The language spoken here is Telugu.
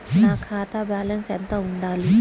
నా ఖాతా బ్యాలెన్స్ ఎంత ఉండాలి?